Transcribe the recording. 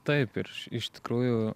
taip ir iš tikrųjų